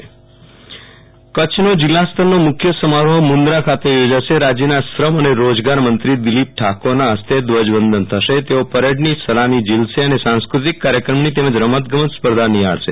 વિરલ રાણા પ્રજાસત્તાક પર્વ કચ્છ કચ્છનો જિલ્લા સ્તરનો મુખ્ય સમારોહ મુંદરા ખાતે યોજાશે રાજયના શ્રમ અને રોજગાર મંત્રી દિલીપ ઠાકોરના ફસ્તે ધ્વજ વંદન થશેતેઓ પરેડની સલામી જીલશે અને સાંસ્કૃતિક કાર્યક્રમની તેમજ રમત ગમત સ્પર્ધા નિહાળશે